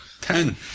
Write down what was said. Ten